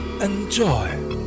Enjoy